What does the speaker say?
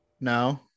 No